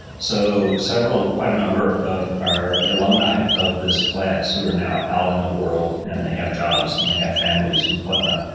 so several, quite a number, of our alumni of this class who are now out in the world and they have jobs and they have families and whatnot,